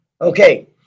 Okay